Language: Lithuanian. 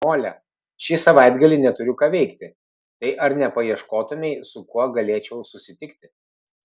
mole šį savaitgalį neturiu ką veikti tai ar nepaieškotumei su kuo galėčiau susitikti